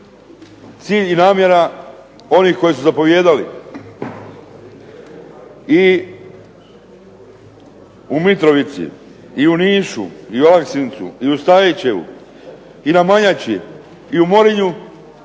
Cilj i namjera onih koji su zapovijedali i u Mitrovici, i u Nišu, i u Aleksincu, i u Stajićevu, i na Manjači i u Morinju